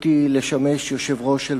עברה בקריאה ראשונה,